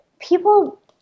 people